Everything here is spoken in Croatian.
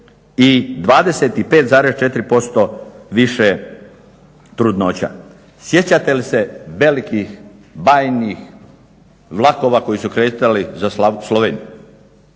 i 25,4% više trudnoća. Sjećate li se velikih bajnih vlakova koji su kretali za Sloveniju